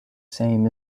same